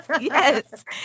yes